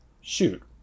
shoot